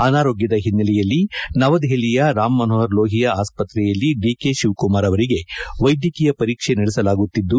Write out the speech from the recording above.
ಅನಾರೋಗ್ಯದ ಹಿನ್ನೆಲೆಯಲ್ಲಿ ನವದೆಹಲಿಯ ರಾಮ್ ಮನೋಹರ್ ಲೋಹಿಯಾ ಆಸ್ಪತ್ರೆಯಲ್ಲಿ ಡಿಕೆ ಶಿವಕುಮಾರ್ ಅವರಿಗೆ ವೈದ್ಯಕೀಯ ಪರೀಕ್ಷೆ ನಡೆಸಲಾಗುತ್ತಿದ್ದು